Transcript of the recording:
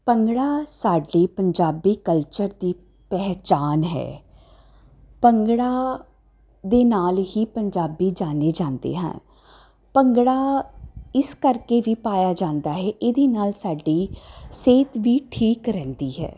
ਭੰਗੜਾ ਸਾਡੇ ਪੰਜਾਬੀ ਕਲਚਰ ਦੀ ਪਹਿਚਾਣ ਹੈ ਭੰਗੜਾ ਦੇ ਨਾਲ ਹੀ ਪੰਜਾਬੀ ਜਾਣੇ ਜਾਂਦੇ ਹਨ ਭੰਗੜਾ ਇਸ ਕਰਕੇ ਵੀ ਪਾਇਆ ਜਾਂਦਾ ਹੈ ਇਹਦੇ ਨਾਲ ਸਾਡੀ ਸਿਹਤ ਵੀ ਠੀਕ ਰਹਿੰਦੀ ਹੈ